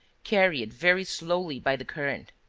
carried very slowly by the current.